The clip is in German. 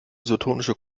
isotonische